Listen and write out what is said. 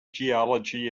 geology